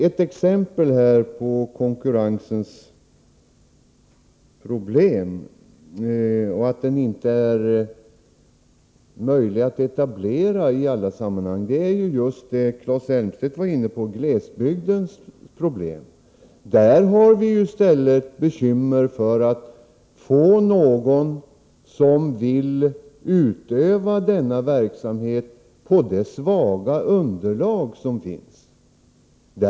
Ett exempel på konkurrensens problem och på att den inte är möjlig att etablera i alla sammanhang är just det som Claes Elmstedt var inne på, nämligen glesbygdens problem. I glesbygden har vi i stället bekymmer med att få någon som vill utöva denna verksamhet på det svaga underlag som finns där.